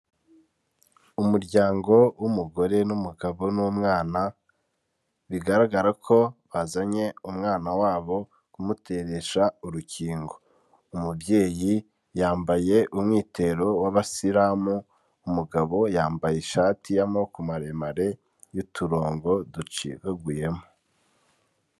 Umuryango w'umugore n'umugabo n'umwana bigaragara ko bazanye umwana wabo kumuteresha urukingo, umubyeyi yambaye umwitero w'abasilamu, umugabo yambaye ishati y'amaboko maremare y'uturongo ducikaguyemo.